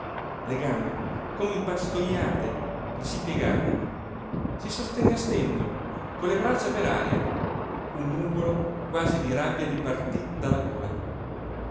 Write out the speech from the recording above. le gambe come impastojate gli si piegarono si sostenne a stento con le braccia per aria un múgolo quasi di rabbia gli partí dalla gola